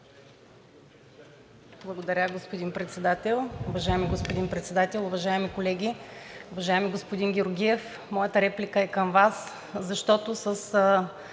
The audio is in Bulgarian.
Уважаеми господин Председател, уважаеми колеги! Уважаеми господин Георгиев, моята реплика е към Вас, защото с